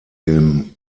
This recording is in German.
dem